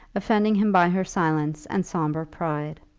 offending him by her silence and sombre pride.